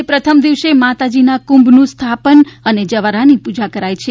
આજે પ્રથમ દિવસ માતાજીના કુંભનું સ્થાપન અને જ્વારાની પૂજા કરાય છે